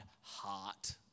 heart